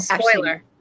spoiler